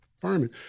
farming